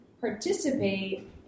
participate